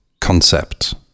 concept